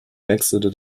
wechselte